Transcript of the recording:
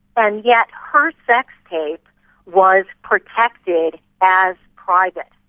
and yet her sex tape was protected as private.